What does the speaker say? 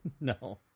No